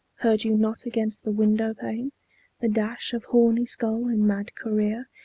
heard you not against the window-pane the dash of horny skull in mad career,